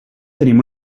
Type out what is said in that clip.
tenim